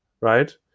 right